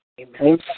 Amen